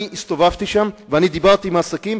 אני הסתובבתי שם ודיברתי עם בעלי העסקים,